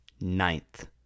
ninth